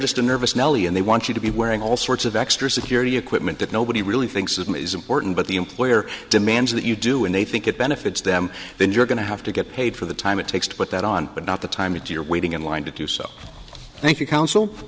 just a nervous nellie and they want you to be wearing all sorts of extra security equipment that nobody really thinks of me is important but the employer demands that you do and they think it benefits them then you're going to have to get paid for the time it takes to put that on but not the time to do your waiting in line to do so thank you coun